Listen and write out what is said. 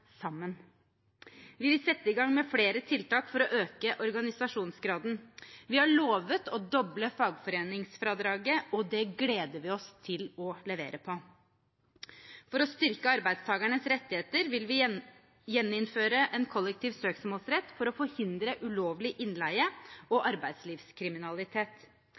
sammen. Vi vil sette i gang med flere tiltak for å øke organisasjonsgraden. Vi har lovet å doble fagforeningsfradraget, og det gleder vi oss til å levere på. For å styrke arbeidstakernes rettigheter vil vi gjeninnføre en kollektiv søksmålsrett for å forhindre ulovlig innleie og arbeidslivskriminalitet.